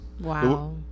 Wow